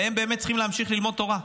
והם באמת צריכים להמשיך ללמוד תורה.